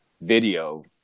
video